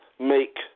make